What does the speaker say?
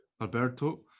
Alberto